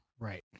Right